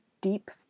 deep